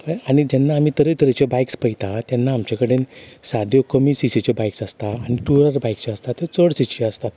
आनी जेन्ना आमी तरेतरेच्यो बायकस पयता तेन्ना आमचे कडेन साद्यो कमी सीसीच्यो बायकस आसता आनी टुअर बायकस ज्यो आसतात त्यो चड सीसीच्यो आसता